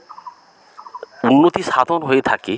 উন্নতি সাধন হয়ে থাকে